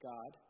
God